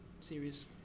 series